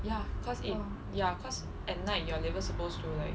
ya cause it ya cause at night your liver is supposed to like